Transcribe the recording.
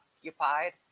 occupied